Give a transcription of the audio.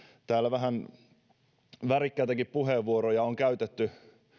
täällä vähän värikkäitäkin puheenvuoroja on käytetty